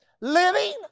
living